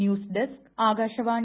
news desk Akashvani